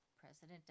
President